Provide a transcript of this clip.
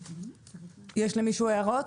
יש למישהו הערות?